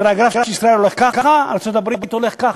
הגרף של ישראל הולך ככה והגרף ארצות-הברית הולך ככה.